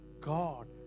God